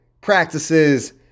practices